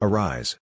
Arise